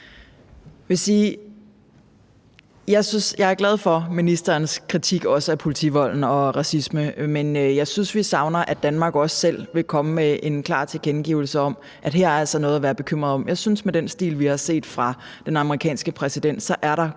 Jeg er glad for ministerens kritik af også politivold og racisme, men jeg synes, vi savner, at Danmark også selv vil komme med en klar tilkendegivelse af, at her er der altså noget at være bekymret for. Jeg synes, at der med den stil, vi har set fra den amerikanske præsident, er